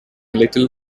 little